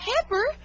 pepper